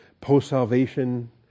post-salvation